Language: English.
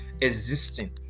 existing